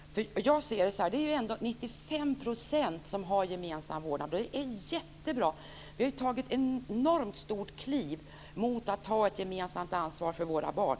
Jag ser det så här: Det är ju ändå 95 % som har gemensam vårdnad. Det är jättebra. Vi har tagit ett enormt stort kliv mot att ta ett gemensamt ansvar för våra barn.